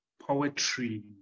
poetry